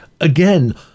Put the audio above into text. again